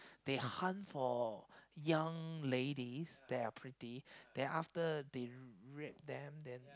they hunt for young ladies that are pretty then after they rape them then